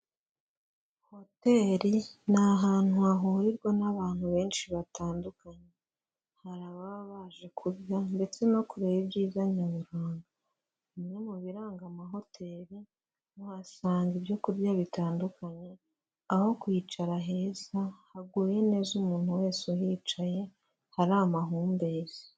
Hoteli ni ahantu hahurirwa n'abantu benshi batandukanye, hari ababa baje kurya ndetse no kureba ibyiza nyaburanga, bimwe mu biranga amahoteli, muhasanga ibyo kurya bitandukanye, aho kwicara heza haguye neza umuntu wese uhicaye, hari amahumbezi.